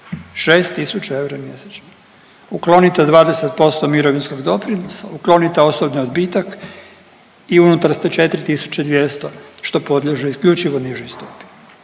6000 eura mjesečno. Uklonite 20% mirovinskog doprinosa, uklonite osobni odbitak i unutar ste 4200 što podliježe isključivo nižoj stopi,